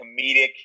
comedic